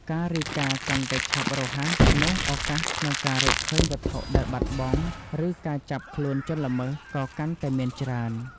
ការរាយការណ៍កាន់តែឆាប់រហ័ស នោះឱកាសក្នុងការរកឃើញវត្ថុដែលបាត់បង់ ឬការចាប់ខ្លួនជនល្មើស ក៏កាន់តែមានច្រើន។